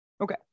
Okay